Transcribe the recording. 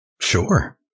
sure